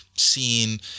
seen